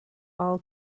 all